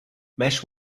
mesh